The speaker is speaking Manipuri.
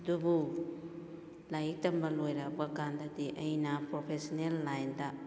ꯑꯗꯨꯕꯨ ꯂꯥꯏꯔꯤꯛ ꯇꯝꯕ ꯂꯣꯏꯔꯛꯑꯕ ꯀꯥꯟꯗꯗꯤ ꯑꯩꯅ ꯄ꯭ꯔꯣꯐꯦꯁꯅꯦꯜ ꯂꯥꯏꯟꯗ